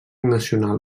nacional